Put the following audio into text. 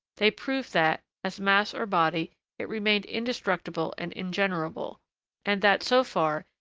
they proved that, as mass or body, it remained indestructible and ingenerable and that, so far,